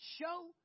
Show